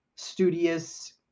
studious